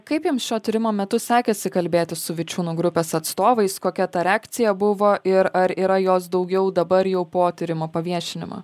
kaip jums šio tyrimo metu sekėsi kalbėtis su vičiūnų grupės atstovais kokia ta reakcija buvo ir ar yra jos daugiau dabar jau po tyrimo paviešinimo